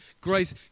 grace